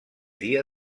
dia